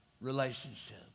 relationship